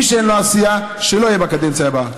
מי שאין לו עשייה, שלא יהיה בקדנציה הבאה.